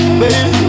baby